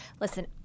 Listen